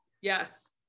yes